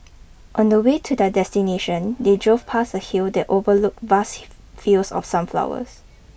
on the way to their destination they drove past a hill that overlooked vast fields of sunflowers